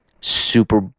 Super